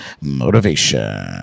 motivation